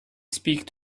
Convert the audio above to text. speak